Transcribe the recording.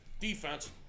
defense